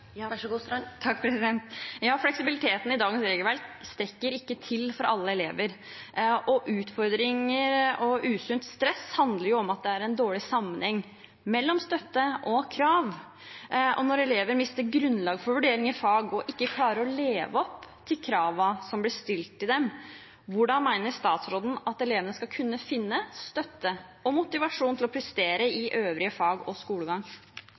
Fleksibiliteten i dagens regelverk strekker ikke til for alle elever. Utfordringer og usunt stress handler om at det er en sammenheng mellom støtte og krav. Når elever mister grunnlag for vurdering i fag og ikke klarer å leve opp til kravene som blir stilt til dem, hvordan mener statsråden at elevene skal kunne finne støtte og motivasjon til å prestere i øvrige fag og skolegang?